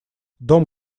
дом